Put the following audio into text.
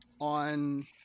on